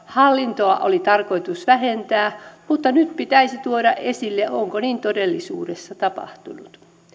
hallintoa oli tarkoitus vähentää mutta nyt pitäisi tuoda esille onko niin todellisuudessa tapahtunut